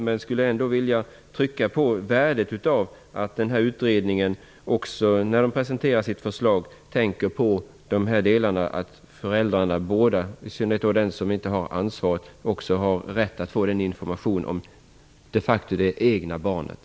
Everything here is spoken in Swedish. Men jag vill ändå betona värdet av att utredningen när den presenterar sitt förslag också tänker på att båda föräldrarna, och då i synnerhet den som har ansvaret, borde ha rätt att få information om det egna barnet.